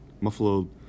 muffled